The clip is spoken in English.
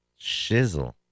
shizzle